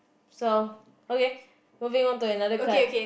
so okay moving on to another card